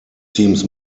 seems